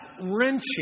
wrenching